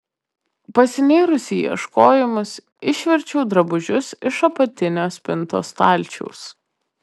pasinėrusi į ieškojimus išverčiu drabužius iš apatinio spintos stalčiaus